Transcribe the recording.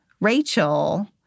Rachel—